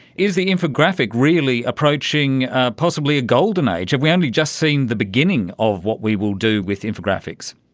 is the infographic really approaching possibly a golden age. are we only just seeing the beginning of what we will do with infographics?